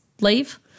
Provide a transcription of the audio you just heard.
leave